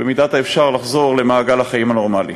במידת האפשר, לחזור למעגל החיים הנורמליים.